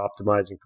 optimizing